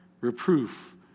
reproof